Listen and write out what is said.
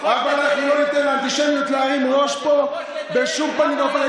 אבל אני לא אתן לאנטישמיות להרים פה ראש בשום פנים ואופן.